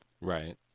Right